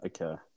okay